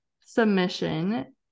submission